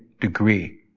degree